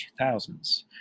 2000s